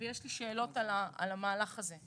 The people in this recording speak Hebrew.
ויש לי שאלות על המהלך הזה.